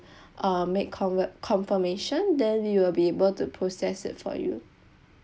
uh make confi~ confirmation then we will be able to process it for you